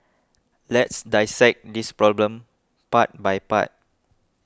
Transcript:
let's dissect this problem part by part